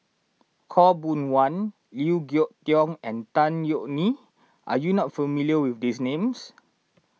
Khaw Boon Wan Liew Geok Leong and Tan Yeok Nee are you not familiar with these names